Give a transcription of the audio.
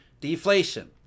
deflation